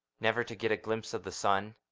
never to get a glimpse of the sun!